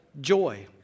joy